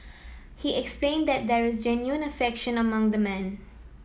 he explain that there is genuine affection among the men